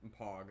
pog